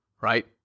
right